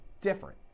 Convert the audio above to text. different